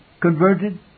Converted